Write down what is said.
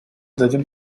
дадим